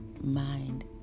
mind